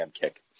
kick